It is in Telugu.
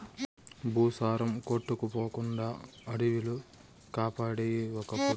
భూసారం కొట్టుకుపోకుండా అడివిలు కాపాడేయి ఒకప్పుడు